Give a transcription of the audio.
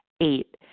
Eight